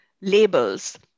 labels